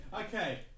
okay